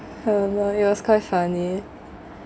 her lawyers quite funny